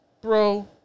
Bro